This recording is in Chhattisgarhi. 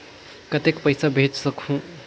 कतेक पइसा भेज सकहुं?